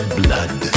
blood